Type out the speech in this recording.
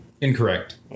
Incorrect